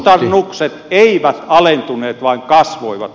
kustannukset eivät alentuneet vaan kasvoivat